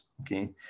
okay